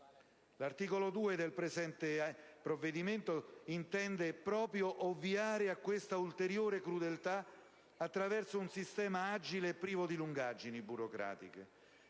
L'articolo 2 del presente provvedimento intende proprio ovviare a questa ulteriore crudeltà, attraverso un sistema agile e privo di lungaggini burocratiche,